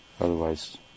Otherwise